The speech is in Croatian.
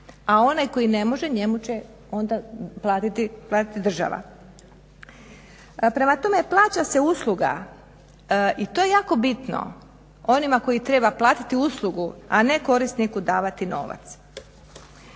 A onaj koji ne može, njemu će onda platiti država. Prema tome, plaća se usluga i to je jako bitno onima koji treba platiti uslugu, a ne korisniku davati novac.